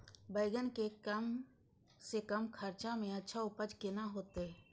बेंगन के कम से कम खर्चा में अच्छा उपज केना होते?